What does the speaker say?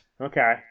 Okay